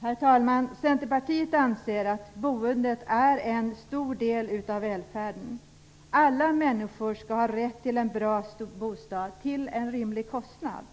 Herr talman! Centerpartiet anser att boendet är en stor del av välfärden. Alla människor skall ha rätt till en bra bostad till en rimlig kostnad.